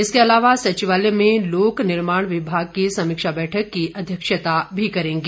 इसके अलावा सचिवालय में लोक निर्माण विभाग की समीक्षा बैठक की अध्यक्षता भी करेंगे